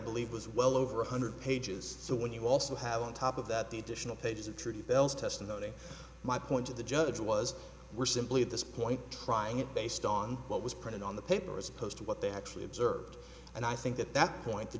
believe was well over one hundred pages so when you also have on top of that the additional pages of truth bell's testimony my point to the judge was we're simply at this point trying it based on what was printed on the paper as opposed to what they actually observed and i think that that point the